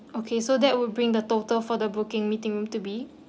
okay so that would bring the total for the booking meeting to be